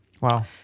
Wow